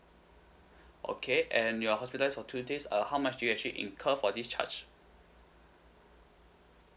okay and you are hospitalised for two days uh how much do you actually incur for this charge